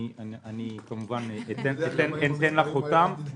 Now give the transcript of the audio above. אני, כמובן, אתן לך אותם.